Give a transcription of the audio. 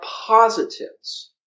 positives